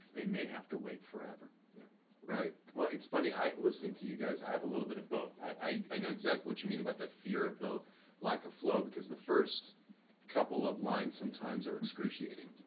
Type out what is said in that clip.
they may have to wait forever. craig yeah right. well, it's funny. i listen to you guys. i have a little bit of both. i know exactly what you mean about that fear of the lack of flow, because the first couple of lines sometimes are excruciating.